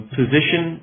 position